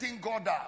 God